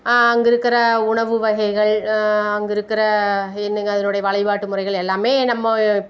அங்கே இருக்கிற உணவு வகைகள் அங்கே இருக்கிற என்னங்க அதனுடைய வழிபாட்டு முறைகள் எல்லாமே நம்ம